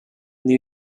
new